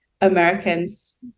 Americans